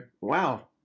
wow